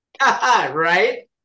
Right